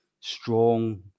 strong